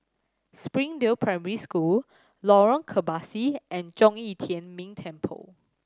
Springdale Primary School Lorong Kebasi and Zhong Yi Tian Ming Temple